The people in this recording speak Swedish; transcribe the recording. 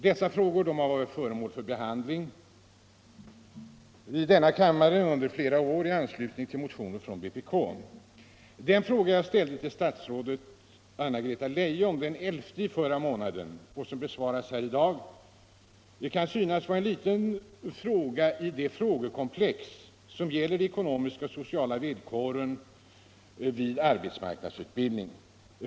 Dessa frågor har varit föremål för behandling i denna kammare under flera år i anslutning till motioner från vpk. Den fråga som jag ställde till statsrådet Anna-Greta Leijon den 11 förra månaden och som besvaras här i dag kan synas vara en detalj i det frågekomplex som gäller de ekonomiska och sociala villkoren vid arbetsmarknadsutbildningen.